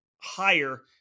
higher